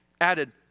added